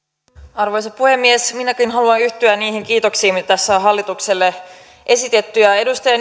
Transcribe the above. arvoisa puhemies minäkin haluan yhtyä niihin kiitoksiin mitä tässä on hallitukselle esitetty edustaja